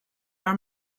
are